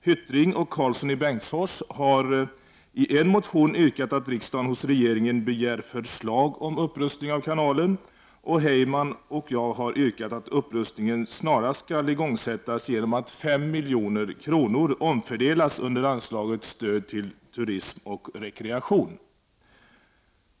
Hyttring och Karlsson i Bengtsfors har i en motion yrkat att riksdagen hos regeringen begär förslag om upprustning av kanalen, och Heyman och jag har yrkat att upprustningen snarast skall igångsättas genom att 5 milj.kr. omfördelas under anslaget Stöd till turism och rekreation.